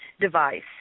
Device